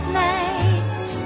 night